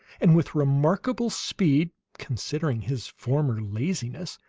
and with remarkable speed, considering his former laziness,